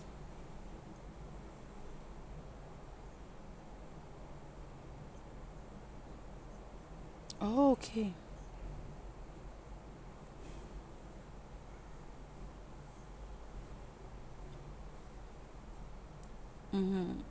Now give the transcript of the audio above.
oh okay mmhmm